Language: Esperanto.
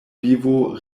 vivo